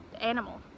animal